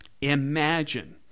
Imagine